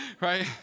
right